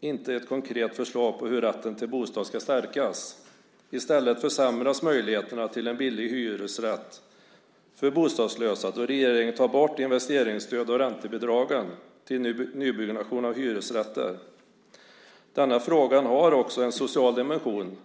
något konkret förslag på hur rätten till bostad ska stärkas. I stället försämras möjligheterna till en billig hyresrätt för bostadslösa då regeringen tar bort investeringsstöd och räntebidrag till nybyggnation av hyresrätter. Denna fråga har också en social dimension.